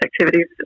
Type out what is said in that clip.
activities